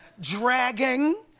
dragging